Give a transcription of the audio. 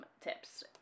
tips